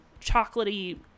chocolatey